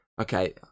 okay